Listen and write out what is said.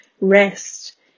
rest